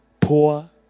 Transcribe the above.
poor